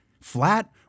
flat